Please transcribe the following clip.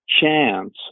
chance